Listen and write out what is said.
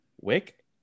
Wick